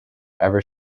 ever